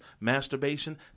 masturbation